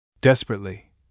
Desperately